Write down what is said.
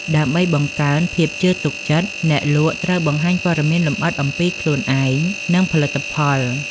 ដើម្បីបង្កើនភាពជឿទុកចិត្ត អ្នកលក់ត្រូវបង្ហាញព័ត៌មានលម្អិតអំពីខ្លួនឯង និងផលិតផល។